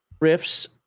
riffs